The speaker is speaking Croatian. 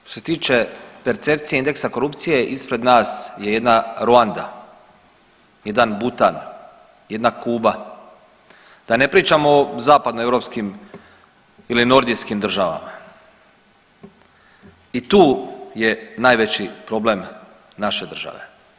Što se tiče percepcije indeksa korupcije ispred nas je jedna Ruanda, jedan Butan, jedna Kuba, da ne pričamo o zapadnoeuropskim ili nordijskim državama i tu je najveći problem naše države.